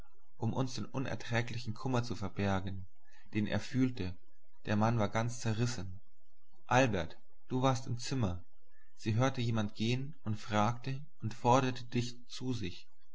um uns den unerträglichen kummer zu verbergen den er fühlte der mann war ganz zerrissen albert du warst im zimmer sie hörte jemand gehn und fragte und forderte dich zu sich